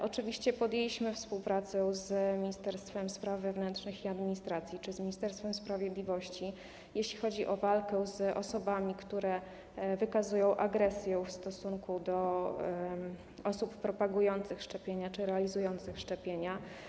Oczywiście podjęliśmy współpracę z Ministerstwem Spraw Wewnętrznych i Administracji czy z Ministerstwem Sprawiedliwości, jeśli chodzi o walkę z osobami, które wykazują agresję w stosunku do osób propagujących szczepienia czy realizujących szczepienia.